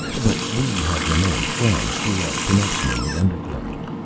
but we have remained friends through our connection in the underground.